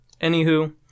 anywho